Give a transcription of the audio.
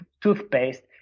toothpaste